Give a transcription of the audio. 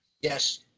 Yes